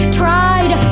tried